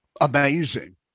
amazing